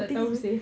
tak tahu seh